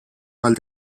while